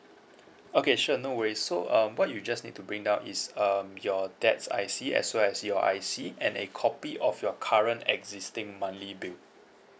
okay sure no worries so um what you just need to bring down is um your dad's I_C as well as your I_C and a copy of your current existing monthly bill